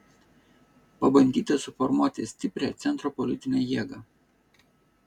pabandyta suformuoti stiprią centro politinę jėgą